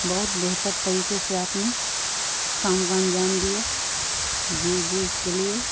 بہت بہتر طریقے سے آپ نے کام کو انجام دیا جی جی اس کے لیے